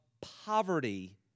poverty